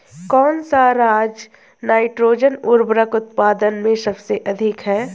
कौन सा राज नाइट्रोजन उर्वरक उत्पादन में सबसे अधिक है?